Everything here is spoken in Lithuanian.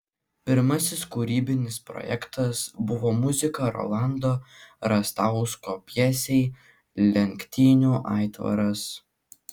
pirmasis kūrybinis projektas buvo muzika rolando rastausko pjesei lenktynių aitvaras